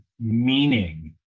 meaning